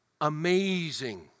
Amazing